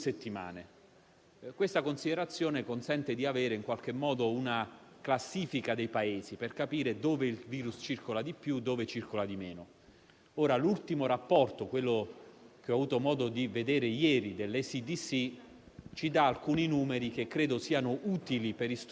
La mia opinione - e questo è il punto di partenza del ragionamento che voglio offrire all'Assemblea del Senato - è che siamo ad un cambio di fase nell'evoluzione epidemiologica europea e del nostro Paese. E quando parlo di un cambio di fase, intendo che in tutti i Paesi che ho provato velocemente a citare,